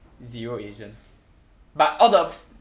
zero asians but all the